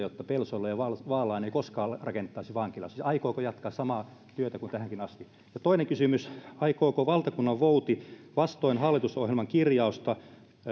että pelsolle ja vaalaan ei koskaan rakennettaisi vankilaa siis aikooko se jatkaa samaa työtä kuin tähänkin asti toinen kysymys aikooko valtakunnanvouti vastoin hallitusohjelman kirjausta